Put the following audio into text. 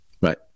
Right